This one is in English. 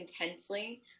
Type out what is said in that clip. intensely